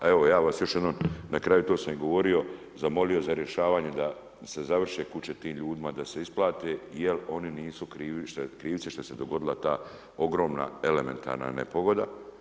A evo, ja vas još jednom, na kraju, a to sam i govorio, zamolio za rješavanje, da se završe kuće tim ljudima, da se isplate, jer oni nisu krivi, što se dogodila ta ogromna elementarna nepogoda.